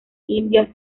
india